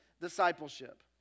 discipleship